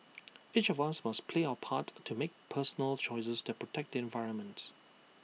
each of us must play our part to make personal choices that protect the environment